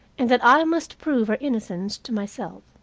and that i must prove her innocence to myself.